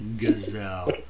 Gazelle